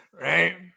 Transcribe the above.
right